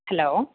hello